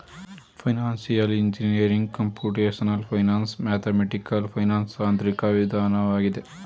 financial engineering computational finance, mathematical finance ತಾಂತ್ರಿಕ ವಿಧಾನವಾಗಿದೆ